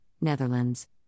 Netherlands